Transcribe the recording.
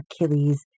Achilles